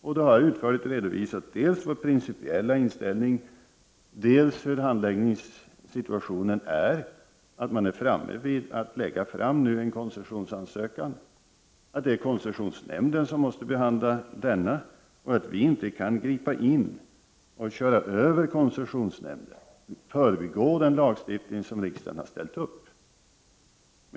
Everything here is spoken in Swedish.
Jag har utförligt redovisat dels vår princiella inställning, dels den nuvarande handläggningssituationen, dvs. att man nu har kommit så långt att man kan lägga fram en koncessionsansökan och att det är koncessionsnämnden som skall behandla denna. Vi kan inte köra över koncessionsnämnden och kringgå den lag som riksdagen har stiftat.